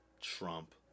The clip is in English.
Trump